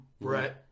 Brett